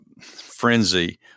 frenzy